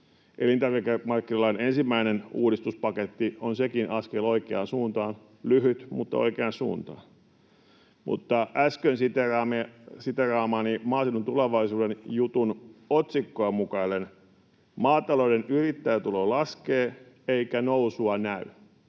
Elintarvikemarkkinalain ensimmäinen uudistuspaketti on sekin askel oikeaan suuntaan — lyhyt, mutta oikeaan suuntaan. Äsken siteeraamani Maaseudun Tulevaisuuden jutun otsikkoa mukaillen: maatalouden yrittäjätulo laskee, eikä nousua näy.